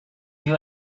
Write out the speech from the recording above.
you